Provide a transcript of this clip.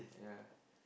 yeah